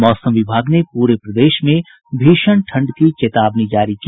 और मौसम विभाग ने पूरे प्रदेश में भीषण ठंड की चेतावनी जारी की